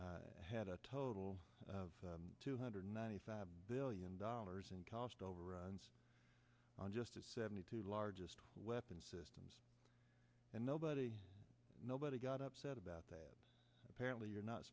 had a total of two hundred ninety five billion dollars in cost overruns on just seventy two largest weapon systems and nobody nobody got upset about that apparently you're not